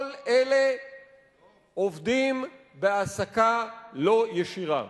כל אלה עובדים בהעסקה לא ישירה.